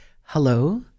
Hello